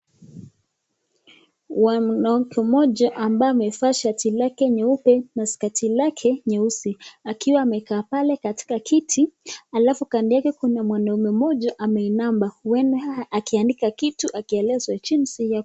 Mwanamke mmoja ambaye amevaa shati lake nyeupe na skati lake nyeusi, akiwa amekaa pale katika kiti alafu kando yake kuna mwanaume mmoja ameinama huenda akiandika kitu akielezwa jinsi ya.